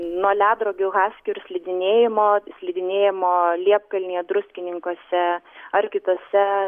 nuo ledrogių haskių ir slidinėjimo slidinėjimo liepkalnyje druskininkuose ar kitose